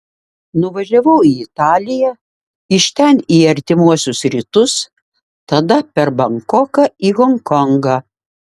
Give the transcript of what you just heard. nuvažiavau į italiją iš ten į artimuosius rytus tada per bankoką į honkongą